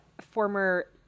former